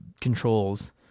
controls